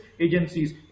agencies